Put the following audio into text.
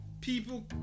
people